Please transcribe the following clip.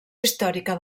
històrica